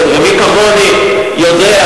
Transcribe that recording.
ומי כמוני יודע,